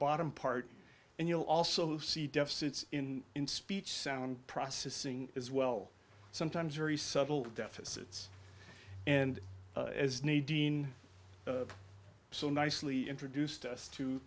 bottom part and you'll also see deficits in in speech sound processing as well sometimes very subtle deficits and as need dean so nicely introduced us